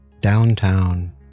downtown